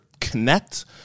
connect